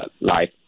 life